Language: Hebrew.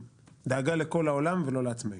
דאגה לכל העולם ולא לעצמאים.